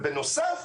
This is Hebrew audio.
בנוסף,